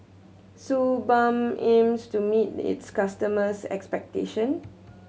Suu Balm aims to meet its customers' expectation